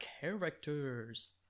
characters